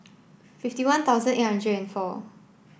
fifty one thousand eight hundred and four